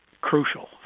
crucial